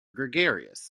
gregarious